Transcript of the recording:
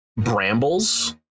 brambles